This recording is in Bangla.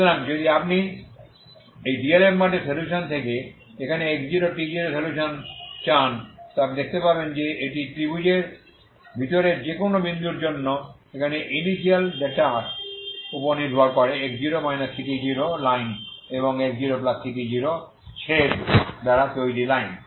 সুতরাং যদি আপনি এই ডিআলেমবার্টের সলিউশন থেকে এখানে x0t0 সলিউশন চান তবে আপনি দেখতে পারেন যে এটি এই ত্রিভুজের ভিতরের যে কোন বিন্দুর জন্য এখানে ইনিশিয়াল ডেটার উপর নির্ভর করে x0 ct0লাইন এবং x0ct0এর ছেদ দ্বারা তৈরি লাইন